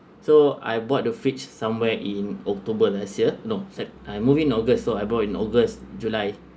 so I bought the fridge somewhere in october last year no sep~ I moved in august so I bought in august july